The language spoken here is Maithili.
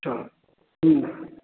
हँ हुँ